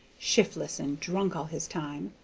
shif'less and drunk all his time.